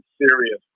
serious